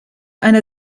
eine